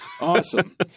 Awesome